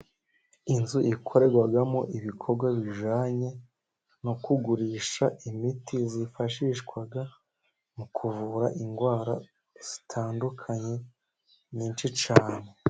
Inzu ikorerwamo ibikorwa bijyanye no kugurisha imiti, yifashishwa mu kuvura indwara zitandukanye nyinshi cyane.